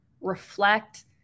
reflect